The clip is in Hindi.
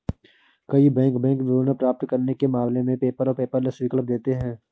कई बैंक बैंक विवरण प्राप्त करने के मामले में पेपर और पेपरलेस विकल्प देते हैं